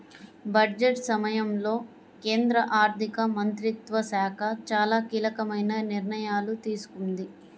budget సమయంలో కేంద్ర ఆర్థిక మంత్రిత్వ శాఖ చాలా కీలకమైన నిర్ణయాలు తీసుకుంది